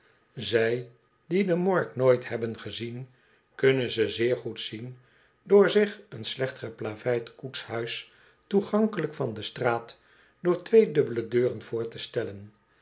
zij die de morgue nooit hebben gezien kunnen ze zeer goed zien door zich een slecht geplaveid koetshuis toegankelijk van de straat door twee dubbele deuren voor te stellen